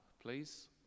please